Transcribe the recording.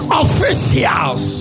officials